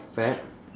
fad